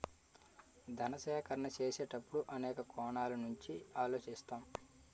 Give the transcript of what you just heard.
ధన సేకరణ చేసేటప్పుడు అనేక కోణాల నుంచి ఆలోచిస్తాం